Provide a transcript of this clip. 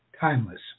timeless